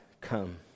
come